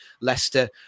Leicester